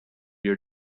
your